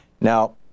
Now